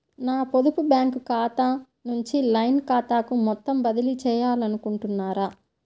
నా పొదుపు బ్యాంకు ఖాతా నుంచి లైన్ ఖాతాకు మొత్తం బదిలీ చేయాలనుకుంటున్నారా?